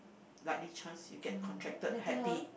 likely chance you get contracted Hep B